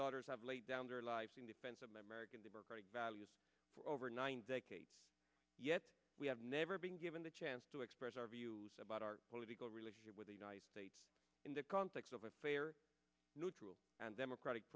daughters have laid down their lives in defense of my merican values for over nine decades yet we have never been given the chance to express our views about our political relationship with the united states in the context of a fair neutral and democratic